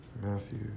Matthew